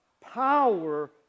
power